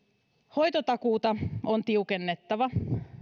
hoitotakuuta on tiukennettava